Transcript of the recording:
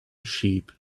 sheep